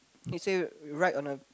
he say you write on a